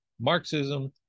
Marxism